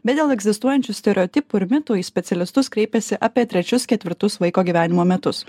bet dėl egzistuojančių stereotipų ir mitų į specialistus kreipiasi apie trečius ketvirtus vaiko gyvenimo metus